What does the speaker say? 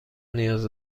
نیاز